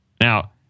now